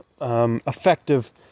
effective